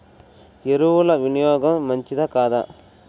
ఎరువుల వినియోగం మంచిదా కాదా?